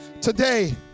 today